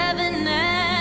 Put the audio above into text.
heaven